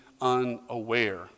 unaware